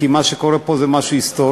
כי מה שקורה פה זה משהו היסטורי.